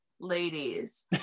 ladies